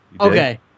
Okay